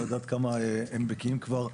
לדעת כמה הם בקיאים כבר.